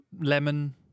lemon